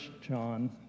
John